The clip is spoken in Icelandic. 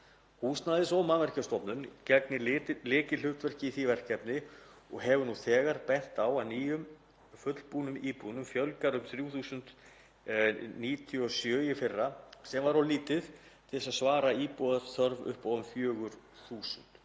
Húsnæðis- og mannvirkjastofnun gegnir lykilhlutverki í því verkefni og hefur nú þegar bent á að nýjum fullbúnum íbúðum fjölgaði um 3.097 í fyrra, sem var of lítið til að svala íbúðaþörf upp á 4.000